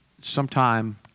sometime